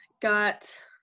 got